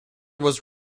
was